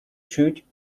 чуть